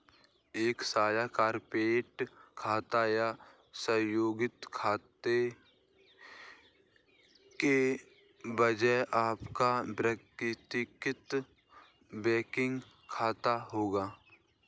एक साझा कॉर्पोरेट खाते या संयुक्त खाते के बजाय आपका व्यक्तिगत बैंकिंग खाता होगा